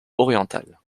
orientales